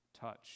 touch